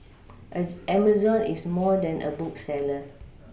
as Amazon is more than a bookseller